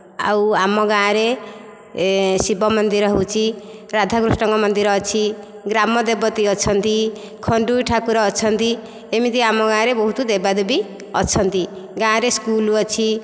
ଆଉ ଆମ ଗାଁ ରେ ଶିବ ମନ୍ଦିର ହେଉଛି ରାଧା କୃଷ୍ଣ ଙ୍କ ମନ୍ଦିର ଅଛି ଗ୍ରାମ ଦେବତୀ ଅଛନ୍ତି ଖଣ୍ଡୁଇ ଠାକୁର ଅଛନ୍ତି ଏମିତି ଆମ ଗାଁରେ ବହୁତ ଦେବାଦେବୀ ଅଛନ୍ତି ଗାଁ ରେ ସ୍କୁଲ ଅଛି